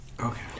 Okay